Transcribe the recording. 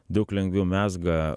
daug lengviau mezga